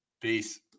peace